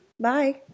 Bye